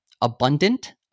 abundant